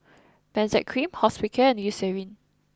Benzac cream Hospicare and Eucerin